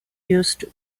used